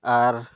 ᱟᱨ